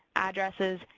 addresses,